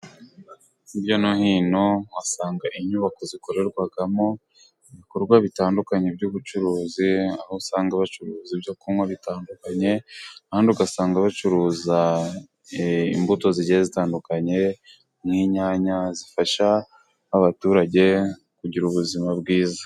Hirya no hino uhasanga inyubako zikorerwamo ibikorwa bitandukanye by'ubucuruzi, aho usanga bacuruza ibyo kunywa bitandukanye ahandi ugasanga bacuruza imbuto zigiye zitandukanye nk'inyanya zifasha abaturage kugira ubuzima bwiza.